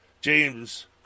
James